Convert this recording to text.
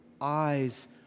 eyes